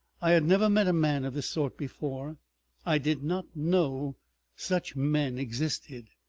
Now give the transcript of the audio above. i had never met a man of this sort before i did not know such men existed.